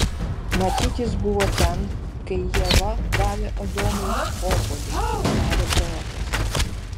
matyt jis buvo ten kai ieva davė adomui obuolį tarė poetas